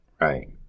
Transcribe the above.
Right